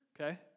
Okay